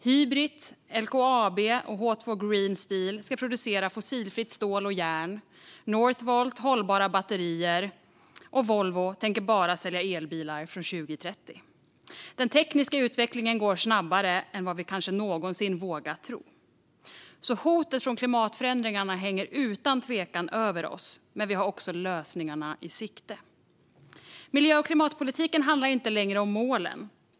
Hybrit, LKAB och H2 Green Steel ska producera fossilfritt stål och järn, Northvolt ska tillverka hållbara batterier och Volvo tänker bara sälja elbilar från 2030. Den tekniska utvecklingen går snabbare än vi kanske någonsin vågat tro. Hotet från klimatförändringarna hänger utan tvekan över oss, men vi har också lösningarna i sikte. Miljö och klimatpolitiken handlar inte längre om målen.